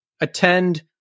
attend